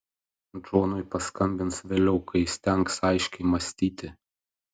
džonui paskambins vėliau kai įstengs aiškiai mąstyti